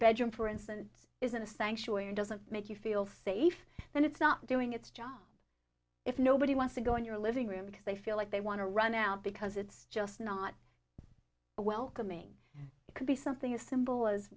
bedroom for instance is in a sanctuary doesn't make you feel safe and it's not doing its job if nobody wants to go in your living room because they feel like they want to run out because it's just not a welcoming it could be something as simple as